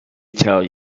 tell